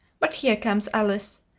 but here comes alice.